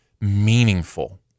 meaningful